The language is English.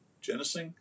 Genesis